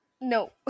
No